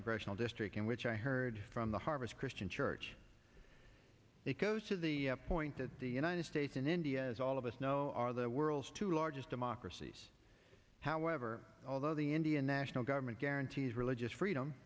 congressional district in which i heard from the harvest christian church they goes to the point that the united states and india as all of us know are the world's two largest democracies however although the indian national government guarantees religious freedom